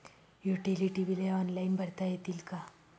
Utility बिले online भरता येतील का?